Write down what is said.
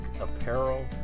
apparel